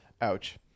Ouch